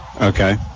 Okay